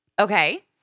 Okay